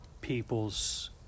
people's